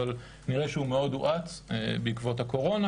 אבל נראה שהוא מאוד הואץ בעקבות הקורונה